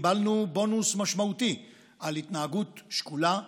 קיבלנו בונוס משמעותי על התנהגות שקולה ואחראית.